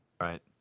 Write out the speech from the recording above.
Right